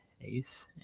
Ace